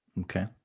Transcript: okay